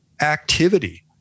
activity